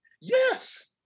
Yes